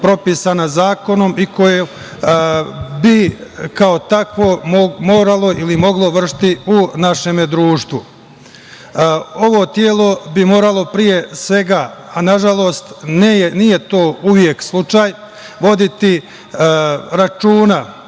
zakonom i koje bi kao takvo moralo ili moglo vršiti u našem društvu. Ovo telo bi moralo pre svega, a nažalost, nije to uvek slučaj, voditi računa